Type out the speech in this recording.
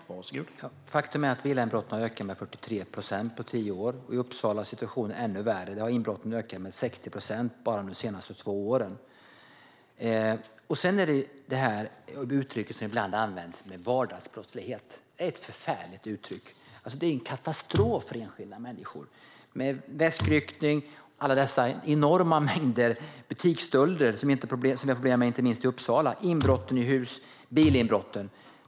Herr talman! Faktum är att villainbrotten har ökat med 43 procent på tio år. I Uppsala är situationen ännu värre. Där har inbrotten ökat med 60 procent bara under de senaste två åren. Uttrycket "vardagsbrottslighet", som ibland används, är ett förfärligt uttryck. Det är en katastrof för enskilda människor med väskryckningarna, alla dessa enorma mängder butiksstölder, som är ett problem inte minst i Uppsala, inbrotten i hus och bilinbrotten.